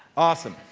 awesome.